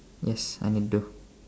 yes I'm Hindu